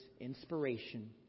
inspiration